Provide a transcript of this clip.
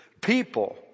people